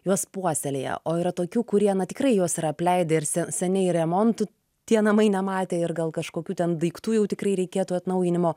juos puoselėja o yra tokių kurie na tikrai juos yra apleidę ir se seniai remontų tie namai nematė ir gal kažkokių ten daiktų jau tikrai reikėtų atnaujinimo